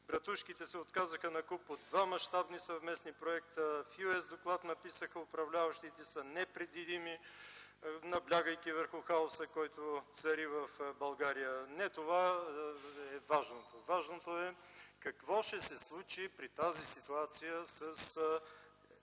Братушките се отказаха накуп от два мащабни съвместни проекта. В US-доклад написаха: „Управляващите са непредвидими”, наблягайки върху хаоса, който цари в България. Не това е важното. Важното е какво ще се случи при тази ситуация с